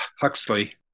Huxley